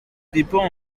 dépend